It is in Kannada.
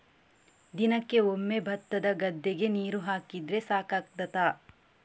ದಿನಕ್ಕೆ ಒಮ್ಮೆ ಭತ್ತದ ಗದ್ದೆಗೆ ನೀರು ಹಾಕಿದ್ರೆ ಸಾಕಾಗ್ತದ?